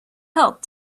help